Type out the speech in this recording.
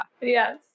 Yes